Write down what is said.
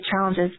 challenges